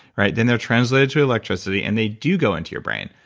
right? then they're translated to electricity and they do go into your brain.